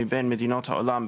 מבין מדינות העולם,